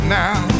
now